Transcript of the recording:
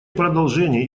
продолжения